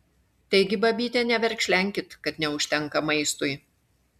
taigi babyte neverkšlenkit kad neužtenka maistui